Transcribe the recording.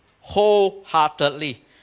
wholeheartedly